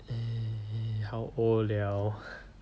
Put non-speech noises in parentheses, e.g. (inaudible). eh how old liao (laughs)